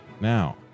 Now